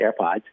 AirPods